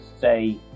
say